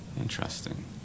Interesting